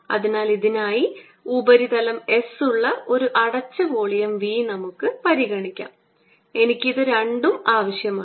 അതിനാൽ ഇതിനായി ഉപരിതലം S ഉള്ള ഒരു അടച്ച വോളിയം V നമുക്ക് പരിഗണിക്കാം എനിക്ക് ഇത് രണ്ടും ആവശ്യമാണ്